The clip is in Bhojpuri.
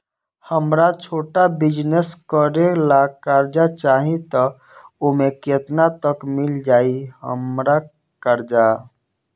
हमरा छोटा बिजनेस करे ला कर्जा चाहि त ओमे केतना तक मिल जायी हमरा कर्जा?